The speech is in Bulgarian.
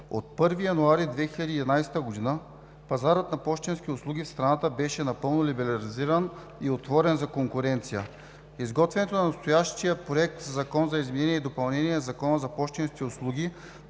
От 1 януари 2011 г. пазарът на пощенските услуги в страната беше напълно либерализиран и отворен за конкуренция. Изготвянето на настоящия Законопроект за изменение и допълнение на Закона за пощенските услуги